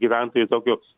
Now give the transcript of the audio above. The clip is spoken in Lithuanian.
gyventojai tokiu